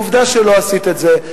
ועובדה שלא עשית את זה.